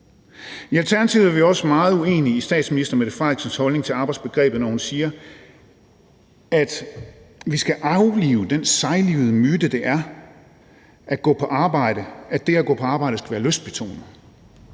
I Alternativet er vi også meget uenige i statsminister Mette Frederiksens holdning til arbejdsbegrebet, når hun siger, at vi skal aflive den sejlivede myte, det er, at det at gå på arbejde skal være lystbetonet.